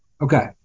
Okay